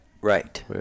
Right